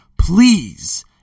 please